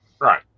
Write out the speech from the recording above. Right